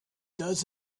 does